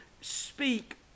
speak